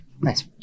Nice